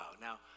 Now